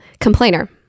complainer